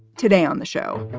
today on the show,